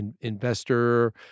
investor